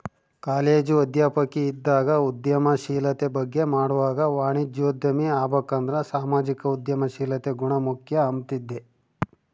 college ಅಧ್ಯಾಪಕಿ ಇದ್ದಾಗ ಉದ್ಯಮಶೀಲತೆ ಬಗ್ಗೆ ಮಾಡ್ವಾಗ ವಾಣಿಜ್ಯೋದ್ಯಮಿ ಆಬಕಂದ್ರ ಸಾಮಾಜಿಕ ಉದ್ಯಮಶೀಲತೆ ಗುಣ ಮುಖ್ಯ ಅಂಬ್ತಿದ್ದೆ